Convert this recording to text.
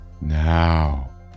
now